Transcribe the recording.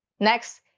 next,